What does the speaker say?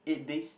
eight days